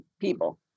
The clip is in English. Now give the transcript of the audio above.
people